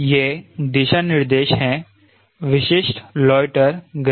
ये दिशा निर्देश हैं विशिष्ट लोएटर गति